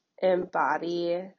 embody